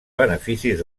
beneficis